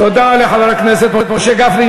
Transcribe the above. תודה לחבר הכנסת משה גפני.